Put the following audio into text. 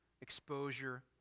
exposure